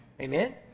Amen